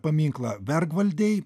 paminklą vergvaldei